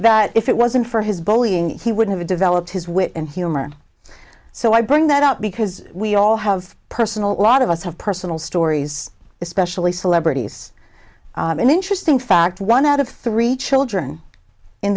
that if it wasn't for his bullying he would have developed his wit and humor so i bring that up because we all have personal a lot of us have personal stories especially celebrities an interesting fact one out of three children in